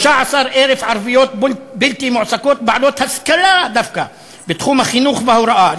13,000 ערביות בלתי מועסקות בעלות השכלה דווקא בתחום החינוך וההוראה.